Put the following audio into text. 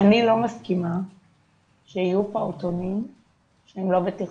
אני לא מסכימה שיהיו פעוטונים שהם לא בטיחותיים.